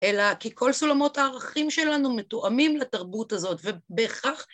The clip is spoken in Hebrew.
אלא כי כל סולמות הערכים שלנו מתואמים לתרבות הזאת ובכך